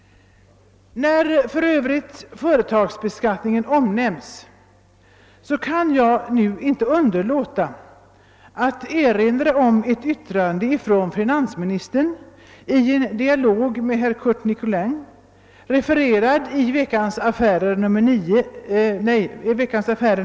I samband med att företagsbeskattningen omnämnes kan jag inte underlåta att erinra om ett yttrande från finansministern i en dialog med herr Curt Nicolin, refererad i Veckans Affärer av den 9 april i år.